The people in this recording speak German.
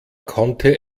konnte